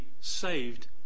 saved